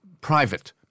private